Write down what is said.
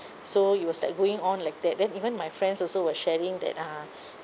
so it was like going on like that then even my friends also were sharing that uh